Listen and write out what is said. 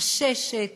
עששת